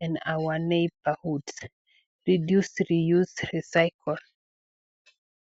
and our neighborhoods reduce, reuse, recycle .